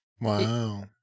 Wow